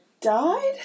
died